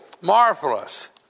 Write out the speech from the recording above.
marvelous